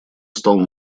стал